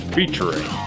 Featuring